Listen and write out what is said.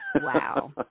Wow